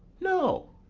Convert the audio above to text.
no,